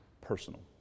personal